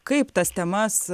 kaip tas temas